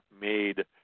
made